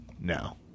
No